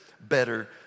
better